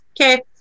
okay